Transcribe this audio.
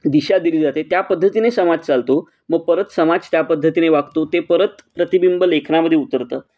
दिशा दिली जाते त्या पद्धतीने समाज चालतो मग परत समाज त्या पद्धतीने वागतो ते परत प्रतिबिंब लेखनामध्ये उतरतं